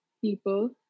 people